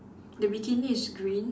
the bikini is green